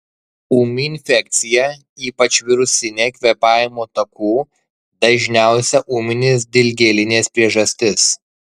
ūmi infekcija ypač virusinė kvėpavimo takų dažniausia ūminės dilgėlinės priežastis